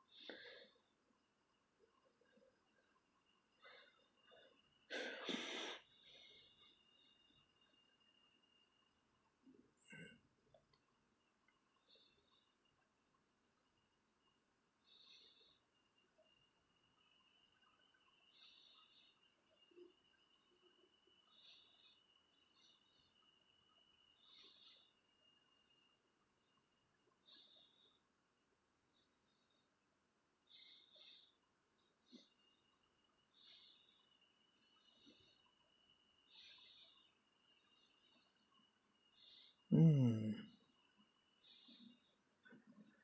mm